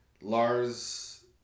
Lars